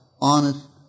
honest